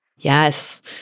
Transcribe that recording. Yes